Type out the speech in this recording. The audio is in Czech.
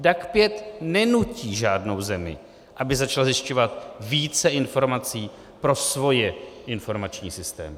DAC 5 nenutí žádnou zemi, aby začala zjišťovat více informací pro svoje informační systémy.